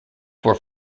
were